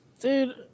Dude